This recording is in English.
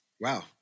Wow